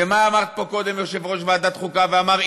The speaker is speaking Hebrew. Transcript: ומה עמד פה קודם יושב-ראש ועדת חוקה ואמר?